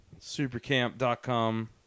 Supercamp.com